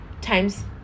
times